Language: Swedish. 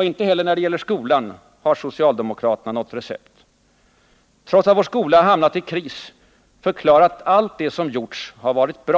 Inte heller när det gäller skolan har socialdemokraterna något recept. Trots att vår skola hamnat i kris förklaras allt det som gjorts ha varit bra.